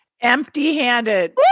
Empty-handed